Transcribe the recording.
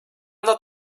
not